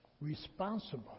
responsible